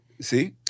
See